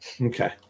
Okay